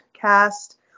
cast